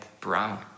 brown